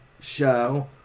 show